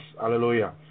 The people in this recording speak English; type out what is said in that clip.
Hallelujah